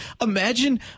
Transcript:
Imagine